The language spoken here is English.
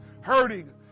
hurting